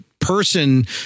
person